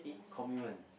commitments